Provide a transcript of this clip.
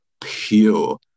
pure